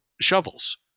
shovels